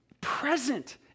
present